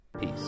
peace